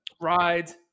rides